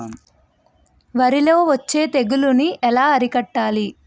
వరిలో వచ్చే తెగులని ఏలా అరికట్టాలి?